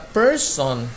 person